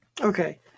Okay